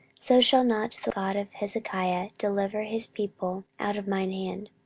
so shall not the god of hezekiah deliver his people out of mine hand.